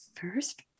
first